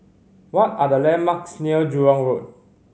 what are the landmarks near Jurong Road